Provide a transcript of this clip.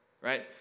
right